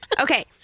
Okay